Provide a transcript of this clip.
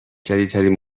جدیدترین